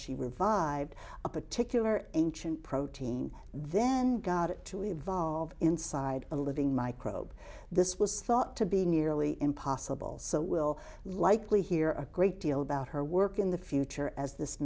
she revived a particular ancient protein then got it to evolve inside a living microbe this was thought to be nearly impossible so we'll likely hear a great deal about her work in the future as this